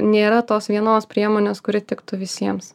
nėra tos vienos priemonės kuri tiktų visiems